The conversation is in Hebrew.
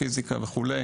פיזיקה וכו'.